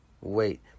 Wait